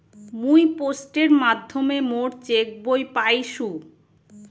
মুই পোস্টের মাধ্যমে মোর চেক বই পাইসু